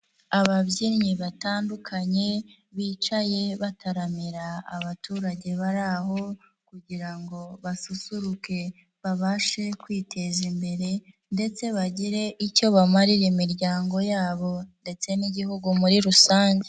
Ababyinnyi batandukanye, bicaye bataramira abaturage bari aho kugira ngo basusuruke babashe kwiteza imbere ndetse bagire icyo bamarira imiryango yabo ndetse n'Igihugu muri rusange.